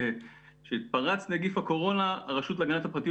כשפרץ נגיף הקורונה הרשות להגנת הפרטיות